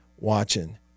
watching